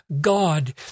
God